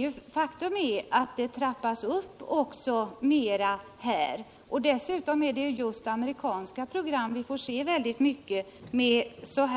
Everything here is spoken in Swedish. Men faktum är att det trappas upp mera här, och dessutom är det just amerikanska program med många våldsinslag vi får